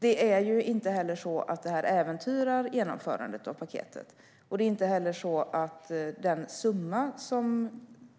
Detta äventyrar inte genomförandet av paketet, och det är inte heller så att den summa som